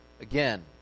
again